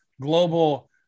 global